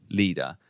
leader